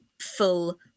full